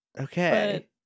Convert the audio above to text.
Okay